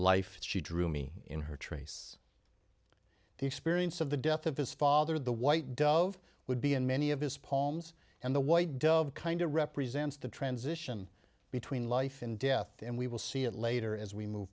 life she drew me in her trace the experience of the death of his father the white dove would be in many of his poems and the white dove kind of represents the transition between life and death and we will see it later as we move